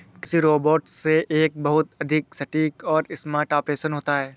कृषि रोबोट से एक बहुत अधिक सटीक और स्मार्ट ऑपरेशन होता है